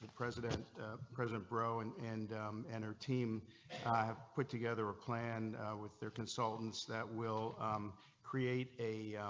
president president bro and and and her team have put together a plan with their consultants that will create a.